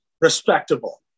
respectable